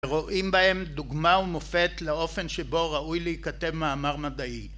רואים בהם דוגמה ומופת לאופן שבו ראוי להיכתב מאמר מדעי.